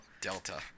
Delta